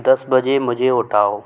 दस बजे मुझे उठाओ